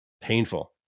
painful